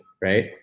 right